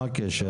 מה הקשר?